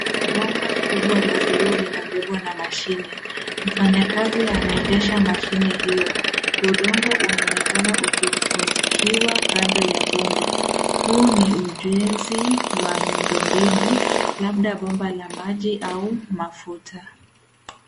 Bomba kubwa la bluu linabebwa na mashine. Mfanyakazi anaendesha mashine hiyo. Udongo unaonekana ukifunikiwa kando ya bomba. Huu ni ujenzi wa miundo mbinu, labda bomba la maji au mafuta.